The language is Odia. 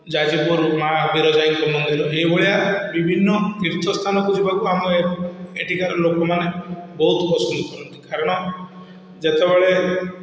ଯାଜପୁର ମା' ବିରଜାଇଙ୍କ ମନ୍ଦିର ଏଇଭଳିଆ ବିଭିନ୍ନ ତୀର୍ଥସ୍ଥାନକୁ ଯିବାକୁ ଆମେ ଏଠିକାର ଲୋକମାନେ ବହୁତ ପସନ୍ଦ କରନ୍ତି କାରଣ ଯେତେବେଳେ